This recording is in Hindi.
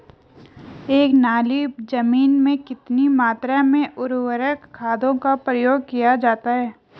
एक नाली जमीन में कितनी मात्रा में उर्वरक खादों का प्रयोग किया जाता है?